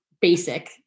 basic